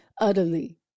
utterly